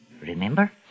Remember